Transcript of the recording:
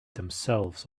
themselves